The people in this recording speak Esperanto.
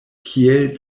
kiel